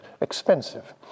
expensive